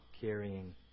carrying